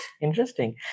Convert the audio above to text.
interesting